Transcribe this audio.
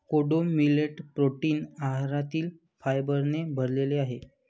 कोडो millet protein आहारातील फायबरने भरलेले आहे